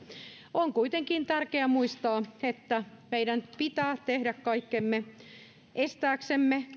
on kuitenkin tärkeää muistaa että meidän pitää tehdä kaikkemme estääksemme